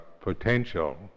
potential